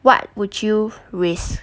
what would you risk